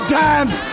times